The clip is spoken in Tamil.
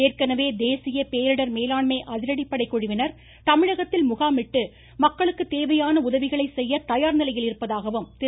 ஏற்கனவே தேசிய பேரிடர் மேலாண்மை அதிரடிப்படை குழுவினர் தமிழகத்தில் முகாமிட்டு மக்களுக்கு தேவையான உதவிகளை செய்ய தயார் நிலையில் இருப்பதாகவும் திரு